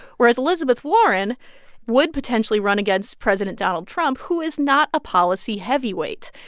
whereas elizabeth warren would potentially run against president donald trump, who is not a policy heavyweight.